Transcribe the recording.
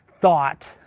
thought